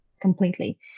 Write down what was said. completely